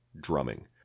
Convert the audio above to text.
drumming